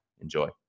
Enjoy